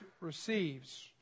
receives